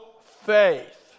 faith